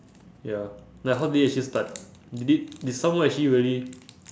ya like how did it actually start did it did someone actually really